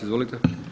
Izvolite.